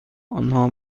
آنها